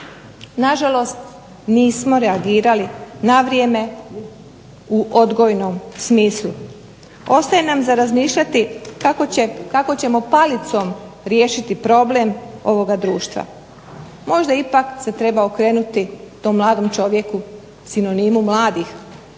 Nažalost, nismo reagirali na vrijeme u odgojnom smislu. Ostaje nam za razmišljati kako ćemo palicom riješiti problem ovoga društva. Možda ipak se treba okrenuti tom mladom čovjeku, sinonimu mladih,